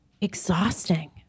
exhausting